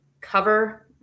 cover